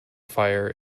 fire